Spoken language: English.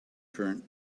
current